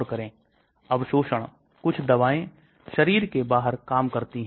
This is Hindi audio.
इसलिए हम विभिन्न दृष्टिकोण से कार्य कर सकते हैं